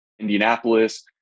Indianapolis